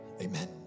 Amen